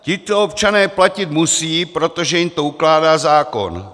Tito občané platit musejí, protože jim to ukládá zákon.